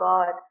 God